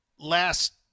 Last